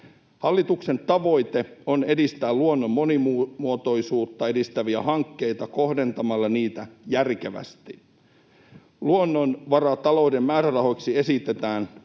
Hallituksen tavoite on edistää luonnon monimuotoisuutta edistäviä hankkeita kohdentamalla niitä järkevästi. Luonnonvaratalouden määrärahoiksi esitetään